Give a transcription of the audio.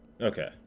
Okay